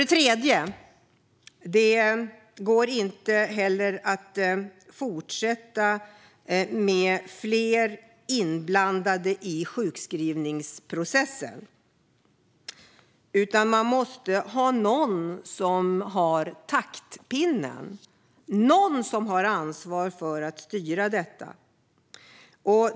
Den tredje punkten är att det inte går att fortsätta med fler inblandade i sjukskrivningsprocessen, utan någon måste hålla i taktpinnen och ha ansvar för att styra detta.